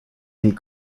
and